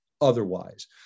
otherwise